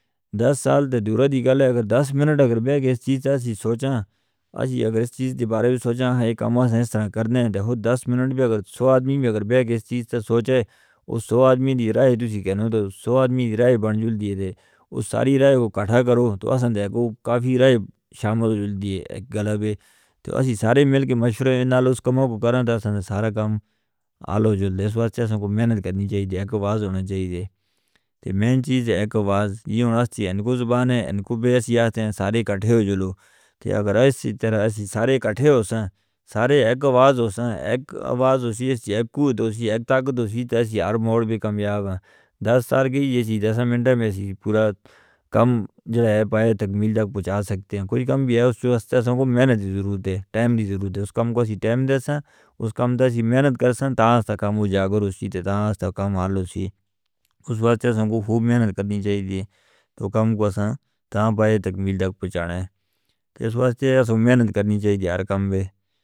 دس سال دے دورے دی گال ہے اگر دس منٹ اگر بیٹھ کے اس چیز تسی سوچاں، اجھی اگر اس چیز دے بارے میں سوچاں، ہئی کام ہم ایسی طرح کرنے ہیں، دہو دس منٹ بھی اگر سو آدمی بھی اگر بیٹھ کے اس چیز تسی سوچیں، وہ سو آدمی دی رائے تسی کہنے تو سو آدمی دی رائے بن جولی ہے دے، وہ ساری رائے کو کٹھا کرو تو اسان کہہ گو کافی رائے شامل جولی ہے۔ ایک گال ہے، تو اسی سارے مل کے مشورہ ہے، انال اس کام کو کرنا تھا، سارا کام آلو جولی ہے، اس واسطے اسان کو محنت کرنی چاہئے، ایک آواز ہونا چاہئے، تو مین چیز ہے ایک آواز یہاں واسطے، ان کو زبان ہے، ان کو بیس یہ آتے ہیں، سارے کٹھے ہو جولو، اگر اس طرح اسی سارے کٹھے ہو سن، سارے ایک آواز ہو سن، ایک آواز اسی اسی، ایک قوت ہو سی، ایک طاقت ہو سی، تو اسی ہر موڑ بھی کامیاب ہیں۔ دس سال گئی یہ سی، دس منٹ میں سی، پورا کام جو ہے پائے تکمیل تک پہنچا سکتے ہیں، کوئی کام بھی ہے، اس سے اس طرح کو محنت دی ضرورت ہے، ٹائم دی ضرورت ہے، اس کام کو اسی ٹائم دے سان، اس کام دا اسی محنت کر سان، تاں ست کام ہو جاؤ، اور اس چیز دے تاں ست کام آلو سی، اس وقت سے ہم کو خوب محنت کرنی چاہئے، تو کام کو اسان تاں پائے تکمیل تک پہنچانے ہیں، اس وقت سے ہم کو محنت کرنی چاہئے، ہر کام میں.